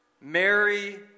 Mary